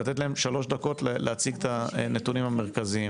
ואני ארצה לתת להם שלוש דקות להציג את הנתונים המרכזיים.